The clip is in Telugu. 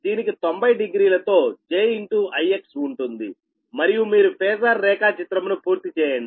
దీనికి 900 తో j IX ఉంటుంది మరియు మీరు ఫేజార్ రేఖా చిత్రము ను పూర్తి చేయండి